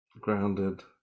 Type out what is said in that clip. Grounded